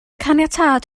caniatâd